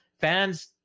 Fans